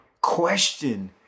question